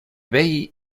bay